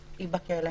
הוא בכלא,